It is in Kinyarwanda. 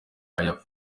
aya